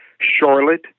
Charlotte